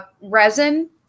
resin